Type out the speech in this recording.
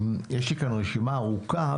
יש לי כאן רשימה ארוכה.